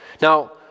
Now